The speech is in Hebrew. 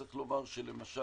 צריך לומר שכדירקטור